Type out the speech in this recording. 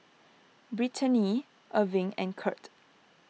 Brittaney Irving and Curt